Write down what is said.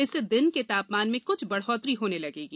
इससे दिन के तापमान में कुछ बढ़ोतरी होने लगेगी